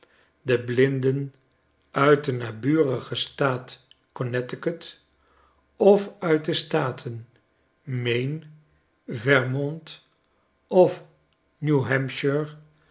de blinden uit den naburigen staat connecticut of uit de staten maine vermont of